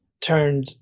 turned